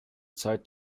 zeit